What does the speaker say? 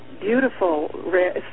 beautiful